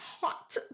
hot